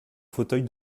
fauteuil